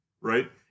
right